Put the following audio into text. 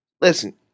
Listen